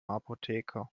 apotheker